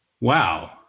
Wow